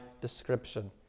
description